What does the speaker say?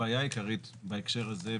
הבעיה העיקרית בהקשר הזה,